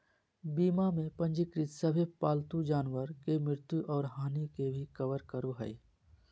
बीमा में पंजीकृत सभे पालतू जानवर के मृत्यु और हानि के भी कवर करो हइ